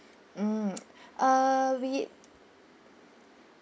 mm uh we